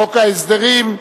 חוק ההסדרים,